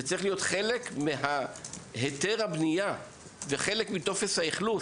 זה צריך להיות חלק מהיתר הבנייה וחלק מטופס האכלוס.